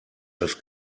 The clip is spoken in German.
das